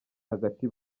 hagati